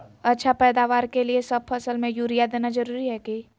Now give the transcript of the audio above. अच्छा पैदावार के लिए सब फसल में यूरिया देना जरुरी है की?